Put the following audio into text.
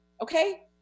okay